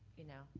you know,